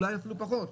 אולי אפילו פחות.